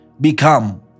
become